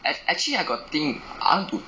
act~ actually I got think I want to